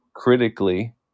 Critically